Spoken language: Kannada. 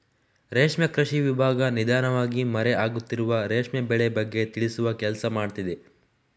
ರೇಷ್ಮೆ ಕೃಷಿ ವಿಭಾಗ ನಿಧಾನವಾಗಿ ಮರೆ ಆಗುತ್ತಿರುವ ರೇಷ್ಮೆ ಬೆಳೆ ಬಗ್ಗೆ ತಿಳಿಸುವ ಕೆಲ್ಸ ಮಾಡ್ತಿದೆ